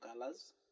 colors